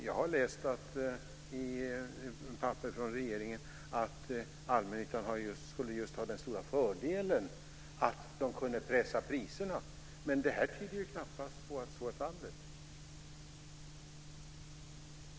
Jag har läst i papper från regeringen att allmännyttan just skulle ha den stora fördelen att man kunde pressa priserna, men det här tyder knappast på att så är fallet.